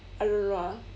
I don't know ah